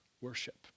worship